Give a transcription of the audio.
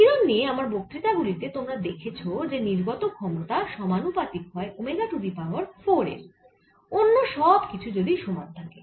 বিকিরণ নিয়ে আমার বক্তৃতা গুলি তে তোমরা দেখেছ যে নির্গত ক্ষমতা সমানুপাতিক হয় ওমেগা টু দি পাওয়ার 4 এর অন্য সব কিছু যদি সমান থাকে